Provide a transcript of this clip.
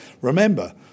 Remember